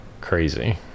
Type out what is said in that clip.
crazy